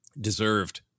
Deserved